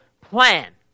plan